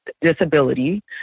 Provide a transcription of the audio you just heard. disability